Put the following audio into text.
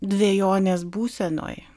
dvejonės būsenoj